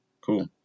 Cool